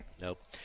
Nope